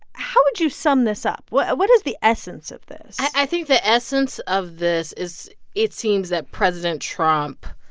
how would you sum this up? what what is the essence of this? i think the essence of this is it seems that president trump,